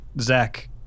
Zach